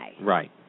Right